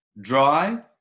dry